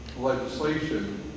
legislation